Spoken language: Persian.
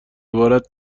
عبارت